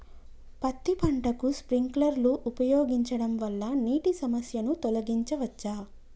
పత్తి పంటకు స్ప్రింక్లర్లు ఉపయోగించడం వల్ల నీటి సమస్యను తొలగించవచ్చా?